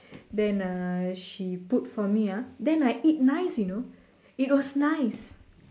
then uh she put for me ah then I eat nice you know it was nice